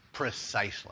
Precisely